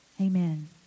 Amen